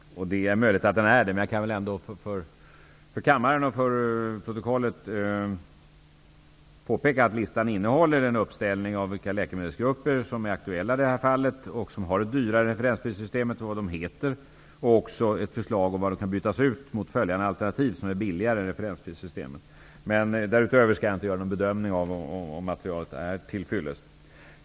Det är möjligt att den är det. Jag kan ändå för kammaren och för protokollet påpeka att listan innehåller en uppställning av de läkemedelsgrupper som är aktuella i det här fallet, vilka som har ett dyrare referensprissystem, vad de heter och ett förslag om vilka alternativ de kan bytas ut mot som är billigare än referensprissystemet. Därutöver skall jag inte göra någon bedömning av om materialet är till fyllest.